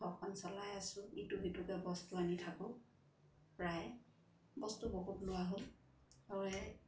ঘৰখন চলাই আছোঁ ইটো সিটোকৈ বস্তু আনি থাকোঁ প্ৰায় বস্তু বহুত লোৱা হ'ল আৰু এই